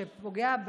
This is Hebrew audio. שפוגע,